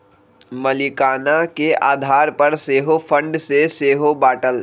मलीकाना के आधार पर सेहो फंड के सेहो बाटल